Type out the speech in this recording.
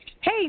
Hey